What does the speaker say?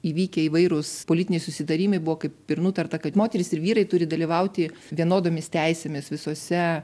įvykę įvairūs politiniai susitarimai buvo kaip ir nutarta kad moterys ir vyrai turi dalyvauti vienodomis teisėmis visuose